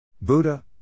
Buddha